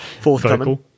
forthcoming